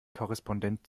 korrespondent